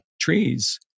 trees